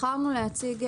בחרנו להציג,